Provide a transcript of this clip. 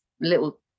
little